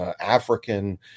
African